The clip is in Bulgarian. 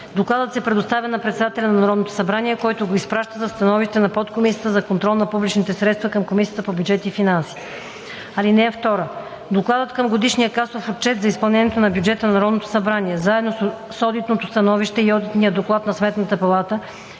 Докладът се предоставя на председателя на Народното събрание, който го изпраща за становище на Подкомисията за контрол на публичните средства към Комисията по бюджет и финанси. (2) Докладът към годишния касов отчет за изпълнението на бюджета на Народното събрание заедно с одитното становище и одитния доклад на Сметната палата